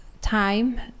time